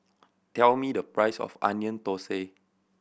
tell me the price of Onion Thosai